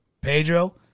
Pedro